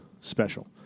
special